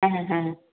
হ্যাঁ হ্যাঁ